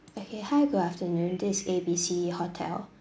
okay hi good afternoon this is A B C hotel